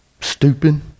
stupid